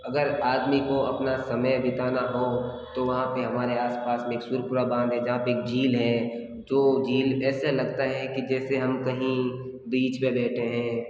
अगर आदमी को अपना समय बिताना हो तो वहाँ पर हमारे आस पास में एक सुरपुरा बांध है जहाँ पर एक झील है जो झील ऐसा लगता है कि जैसे हम कहीं बीच पर बैठे हैं